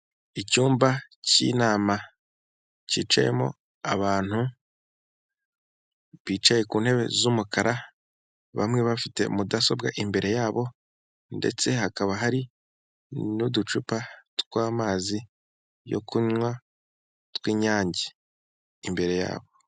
Icyumba k'inama kicayemo abantu bicaye ku ntebe z'umukara bamwe bafite mudasobwa imbere yabo ndetse hakaba hari n'uducupa tw'amazi yo kunywa tw'inyange imbere yabo.